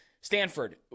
Stanford